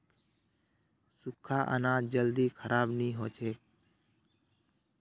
सुख्खा अनाज जल्दी खराब नी हछेक